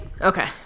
Okay